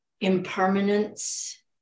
impermanence